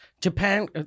Japan